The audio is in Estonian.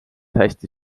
hästi